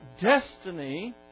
destiny